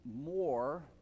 more